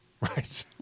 Right